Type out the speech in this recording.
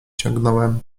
ciągnąłem